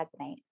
resonate